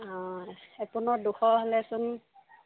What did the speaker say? অ এপোণত দুশ হ'লেচোন